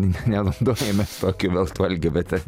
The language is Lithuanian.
ne naudojamės tokį vėltvalgio bet